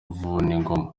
vuningoma